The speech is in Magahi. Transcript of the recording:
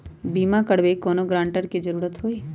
बिमा करबी कैउनो गारंटर की जरूरत होई?